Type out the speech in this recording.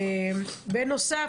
בנוסף,